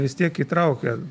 vis tiek įtraukia